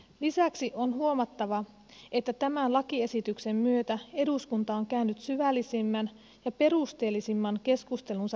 lisäksi on huomattava että tämän lakiesityksen myötä eduskunta on käynyt syvällisimmän ja perusteellisimman keskustelunsa paperittomuudesta